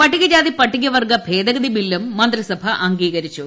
പട്ടികജാതി പട്ടികവർഗ്ഗ ഭേദഗതി ബില്ലും മന്ത്രിസഭാ അംഗീകരിച്ചു